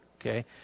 Okay